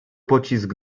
pocisk